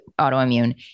autoimmune